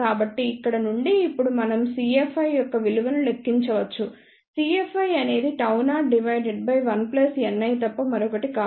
కాబట్టి ఇక్కడ నుండి ఇప్పుడు మనం cFi యొక్క విలువను లెక్కించవచ్చు cFi అనేది Γ0 డివైడెడ్ బై 1 ప్లస్ Ni తప్ప మరొకటి కాదు